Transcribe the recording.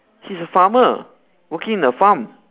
he's a farmer working in a farm